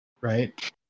right